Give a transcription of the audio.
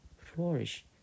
flourish